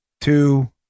two